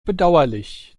bedauerlich